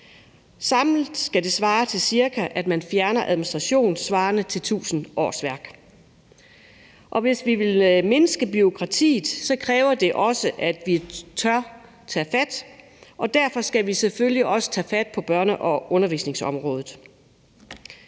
Samlet skal det cirka svare til, at man fjerner administration svarende til 1.000 årsværk, og hvis vi vil mindske bureaukratiet, kræver det også, at vi tør tage fat, og derfor skal vi selvfølgelig også tage fat på børne- og undervisningsområdet.